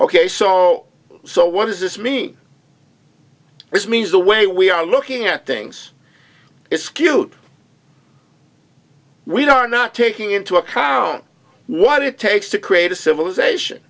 ok so so what does this mean this means the way we are looking at things it's cute we are not taking into account what it takes to create a civilization